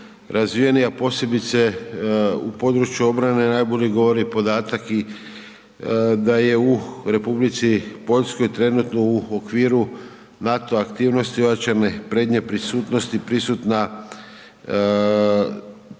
a posebice u području obrane najbolje govori podatak i da je u Republici Poljskoj, trenutno u okviru NATO aktivnosti …/Govornik se ne razumije./… prednje